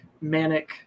manic